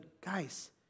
guys